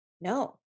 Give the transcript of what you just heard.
No